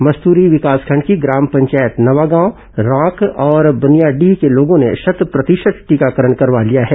मस्तूरी विकासखंड की ग्राम पंचायत नवागांव रांक और बनियांडीह के लोगों ने शत प्रतिशत टीकाकरण करवा लिया है